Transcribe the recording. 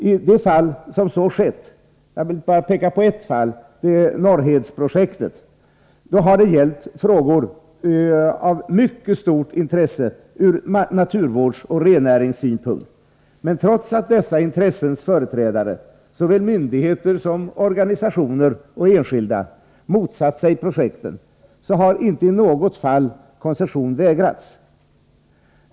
I de fall där så har skett — jag vill bara peka på ett enda, nämligen Norrhedsprojektet — har det gällt frågor av mycket stort intresse ur naturvårdsoch rennäringssynpunkt. Men trots att dessa intressens företrädare, såväl myndigheter som organisationer och enskilda, har motsatt sig projektet, har inte i något fall koncession vägrats.